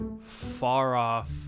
far-off